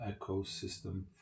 ecosystem